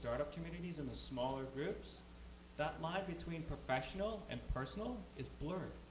sort of communities and the smaller groups that line between professional and personal is blurred.